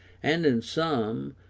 and in some,